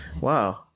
Wow